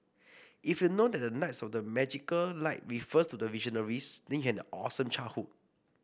if you know that the knights of the magical light refers to the Visionaries then you had an awesome childhood